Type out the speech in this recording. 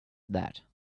that